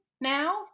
now